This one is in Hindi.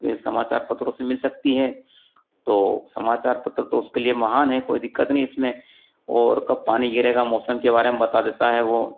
तो ये समाचार पत्रों से मिल सकती है तो समाचार पत्र तो उसके लिए महान है कोई दिक्कत नहीं इसमें और कब पानी गिरेगा मौसम के बारे में बता देता है वो